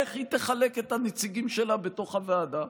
איך היא תחלק את הנציגים שלה בתוך הוועדה,